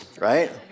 right